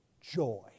joy